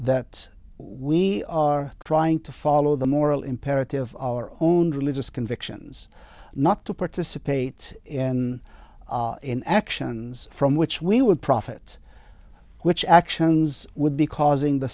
that we are trying to follow the moral imperative of our own religious convictions not to participate in in actions from which we would profit which actions would be causing the